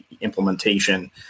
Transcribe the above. implementation